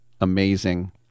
amazing